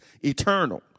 eternal